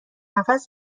نفس